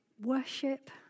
worship